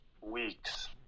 weeks